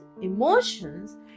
emotions